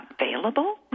available